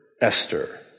Esther